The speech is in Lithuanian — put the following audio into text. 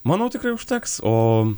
manau tikrai užteks o